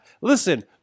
Listen